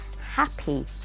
happy